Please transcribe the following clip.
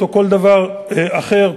או כל דבר אחר,